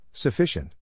Sufficient